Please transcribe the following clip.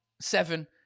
seven